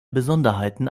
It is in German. besonderheiten